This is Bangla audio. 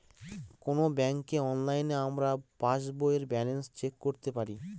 কোনো ব্যাঙ্কে অনলাইনে আমরা পাস বইয়ের ব্যালান্স চেক করতে পারি